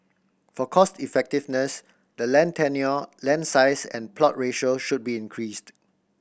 for cost effectiveness the land tenure land size and plot ratio should be increased